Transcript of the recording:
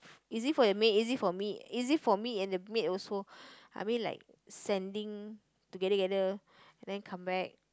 easy for the maid easy for me easy for me and the maid also I mean like standing together together and then come back